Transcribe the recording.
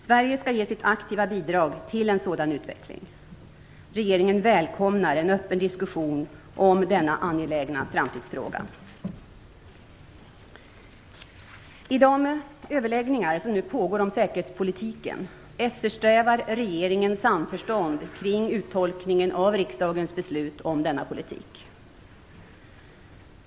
Sverige skall ge sitt aktiva bidrag till en sådan utveckling. Regeringen välkomnar en öppen diskussion om denna angelägna framtidsfråga. I de överläggningar som nu pågår om säkerhetspolitiken eftersträvar regeringen samförstånd kring uttolkningen av riksdagens beslut om denna politik.